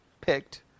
picked